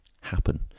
happen